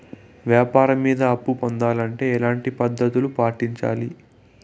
వ్యాపారం మీద అప్పు పొందాలంటే ఎట్లాంటి పద్ధతులు పాటించాలి?